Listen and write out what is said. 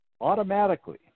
automatically